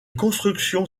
constructions